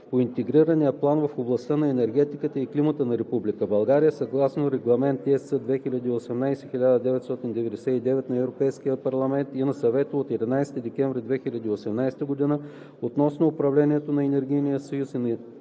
по Интегрирания план в областта на енергетиката и климата на Република България, съгласно Регламент (ЕС) 2018/1999 на Европейския парламент и на Съвета от 11 декември 2018 г. относно управлението на Енергийния